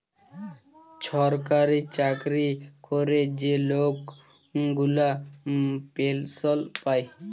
ছরকারি চাকরি ক্যরে যে লক গুলা পেলসল পায়